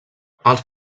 els